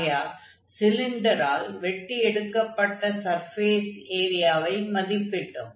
ஆகையால் சிலிண்டரால் வெட்டி எடுக்கப்பட்ட சர்ஃபேஸ் ஏரியாவை மதிப்பிட்டோம்